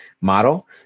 model